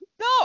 No